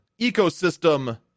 ecosystem